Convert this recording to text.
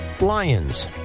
Lions